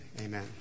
amen